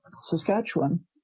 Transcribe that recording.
Saskatchewan